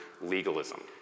legalism